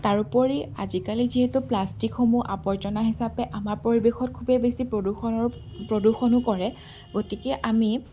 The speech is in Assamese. তাৰোপৰি আজিকালি যিহেতু প্লাষ্টিকসমূহ আৱৰ্জনা হিচাপে আমাৰ পৰিৱেশত খুবেই বেছি প্ৰদূষণৰ প্ৰদূষণো কৰে গতিকে আমি